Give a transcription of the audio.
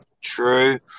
true